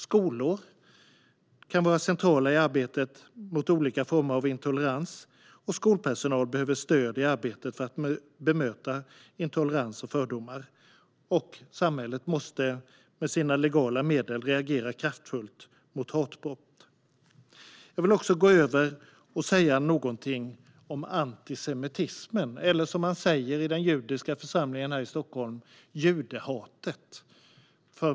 Skolor kan vara centrala i arbetet mot olika former av intolerans, och skolpersonal behöver stöd i arbetet med att bemöta intolerans och fördomar. Samhället måste med sina legala medel reagera kraftfullt mot hatbrott. Låt mig gå över till att också säga någonting om antisemitismen eller, som man säger i den judiska församlingen här i Stockholm, judehatet.